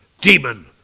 Demon